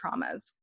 traumas